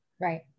Right